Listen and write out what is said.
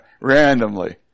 Randomly